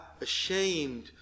ashamed